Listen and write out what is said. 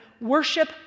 worship